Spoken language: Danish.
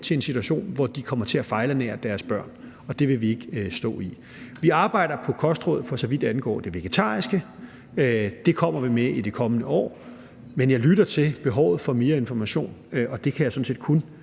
til en situation, hvor de kommer til at fejlernære deres børn – og den vil vi ikke stå i. Vi arbejder på kostråd, for så vidt angår det vegetariske. Det kommer vi med i det kommende år. Men jeg lytter til behovet for mere information, og det kan jeg sådan set kun